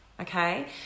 okay